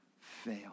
fail